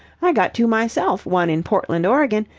i got two myself, one in portland, oregon,